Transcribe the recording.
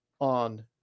on